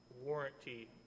warranty